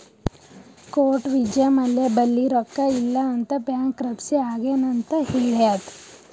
court Vijay Mallya ಬಲ್ಲಿ ರೊಕ್ಕಾ ಇಲ್ಲ ಅಂತ ಬ್ಯಾಂಕ್ರಪ್ಸಿ ಆಗ್ಯಾನ್ ಅಂತ್ ಹೇಳ್ಯಾದ್